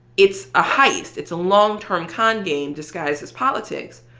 it's a heist. it's a long-term con game disguised as politics.